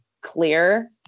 clear